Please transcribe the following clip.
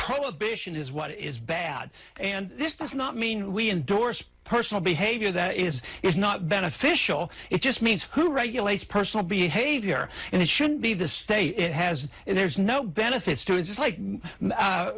prohibition is what is bad and this does not mean we endorse personal behavior that is is not beneficial it just means who regulates personal behavior and it should be the state it has and there's no benefits to it just like